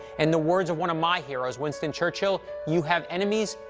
and the words of one of my heroes, winston churchill you have enemies?